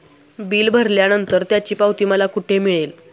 Bill भरल्यानंतर त्याची पावती मला कुठे मिळेल?